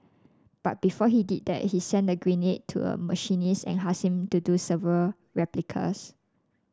but before he did that he sent the grenade to a machinist and asked him to do several replicas